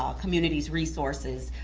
um community's resources,